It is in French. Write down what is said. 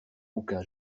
bouquin